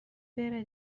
بره